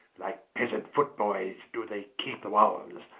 like pesant foot-boyes doe they keepe the walls,